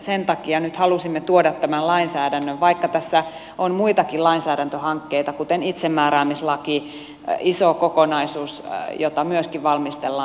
sen takia nyt halusimme tuoda tämän lainsäädännön vaikka tässä on muitakin lainsäädäntöhankkeita kuten itsemääräämislaki iso kokonaisuus jota myöskin valmistellaan ministeriössä